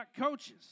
coaches